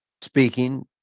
speaking